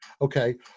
Okay